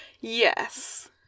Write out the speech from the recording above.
Yes